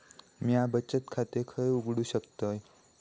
म्या बचत खाते खय उघडू शकतय?